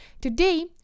Today